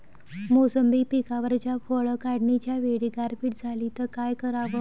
मोसंबी पिकावरच्या फळं काढनीच्या वेळी गारपीट झाली त काय कराव?